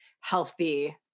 healthy